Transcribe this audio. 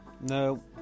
No